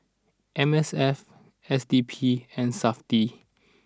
M S F S D P and Safti